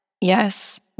Yes